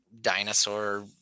dinosaur